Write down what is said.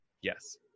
Yes